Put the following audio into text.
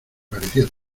parecía